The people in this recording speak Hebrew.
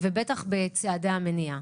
ובטח בצעדי המניעה.